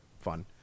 fun